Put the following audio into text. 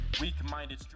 Weak-minded